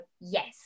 yes